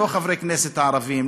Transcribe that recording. לא חברי הכנסת הערבים,